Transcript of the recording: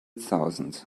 thousand